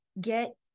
get